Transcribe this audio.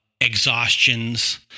exhaustions